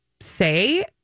say